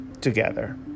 together